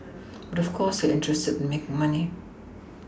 but of course they are interested in making money